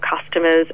customers